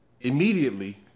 immediately